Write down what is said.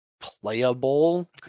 playable